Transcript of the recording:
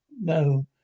No